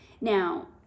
now